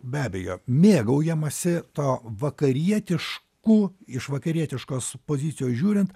be abejo mėgaujamasi to vakarietišku iš vakarietiškos pozicijos žiūrint